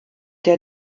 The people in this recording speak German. der